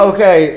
Okay